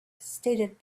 stated